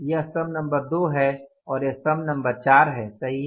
यह स्तम्भ नंबर दो है और यह स्तम्भ नंबर चार है सही है